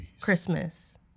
Christmas